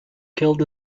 killed